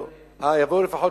יבואו תיירים.